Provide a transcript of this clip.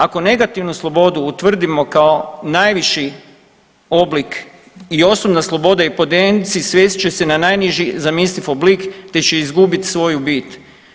Ako negativnu slobodu utvrdimo kao najviši oblik i osobna sloboda i … [[Govornik se ne razumije]] svest će se na najniži zamisliv oblik, te će izgubit svoju bit.